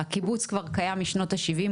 הקיבוץ כבר קיים משנות ה- 70,